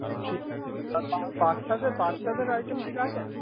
হুম ঠিক আছে বাচ্ছাদের বাচ্চাদের আইটেম কি রাখেন